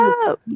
up